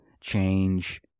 change